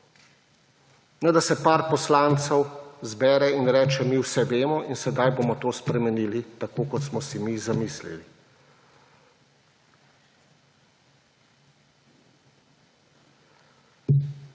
Ne da se par poslancev zbere in reče, mi vse vemo in zdaj bomo to spremenili tako, kot smo si mi zamislili.